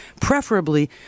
preferably